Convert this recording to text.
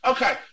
Okay